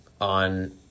on